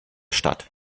stadt